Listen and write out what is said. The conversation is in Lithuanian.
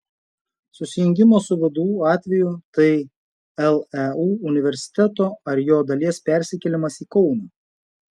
susijungimo su vdu atveju tai leu universiteto ar jo dalies persikėlimas į kauną